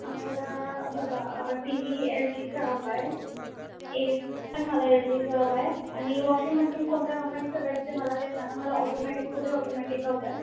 आम्हाला बघा T V L जीचा हवा आहे ए सी पण मला एल जीचा हवा आहे आणि वॉशिंग मशीन कोणत्या कंपनीचं भेटते मला ते सांगा मला ऑटोमॅटिक फुल्ली ऑटोमॅटिक हवं आहे